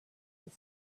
the